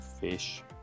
fish